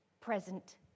present